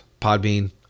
Podbean